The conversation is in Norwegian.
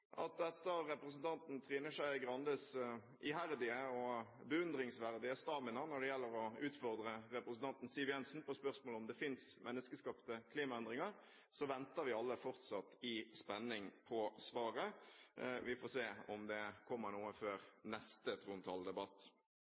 at etter representanten Trine Skei Grandes iherdige og beundringsverdige stamina når det gjelder å utfordre representanten Siv Jensen på spørsmålet om det finnes menneskeskapte klimaendringer, venter vi alle fortsatt i spenning på svaret. Vi får se om det kommer noe før neste